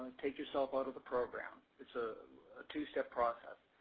take yourself out of the program. its a two-step process.